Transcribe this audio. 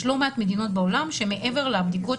יש לא מעט מדינות בעולם שמעבר לבדיקות